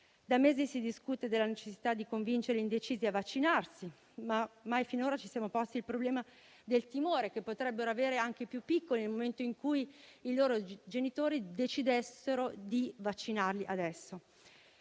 Da mesi si discute della necessità di convincere gli indecisi a vaccinarsi, ma mai finora ci siamo posti il problema del timore che potrebbero avere anche i più piccoli nel momento in cui i loro genitori decidessero di vaccinarli adesso.